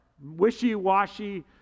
wishy-washy